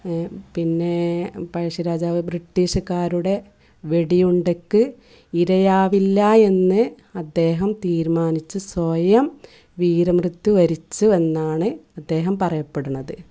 പിന്നെ പഴശ്ശിരാജാവ് ബ്രിട്ടിഷുകാരുടെ വെടിയുണ്ടക്ക് ഇരയാകില്ലയെന്ന് അദ്ദേഹം തീരുമാനിച്ച് സ്വയം വീരമൃത്യു വരിച്ചു എന്നാണ് ഇദ്ദേഹം പറയപ്പെടുന്നത്